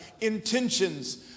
intentions